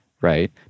right